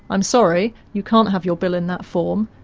i'm sorry, you can't have your bill in that form,